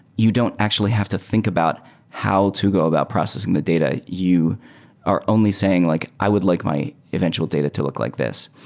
you don't actually have to think about how to go about processing the data. you are only saying like, i would like my eventual data to look like this.